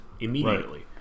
immediately